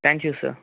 thank you sir